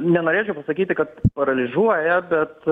nenorėčiau pasakyti kad paralyžiuoja bet